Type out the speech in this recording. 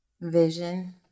Vision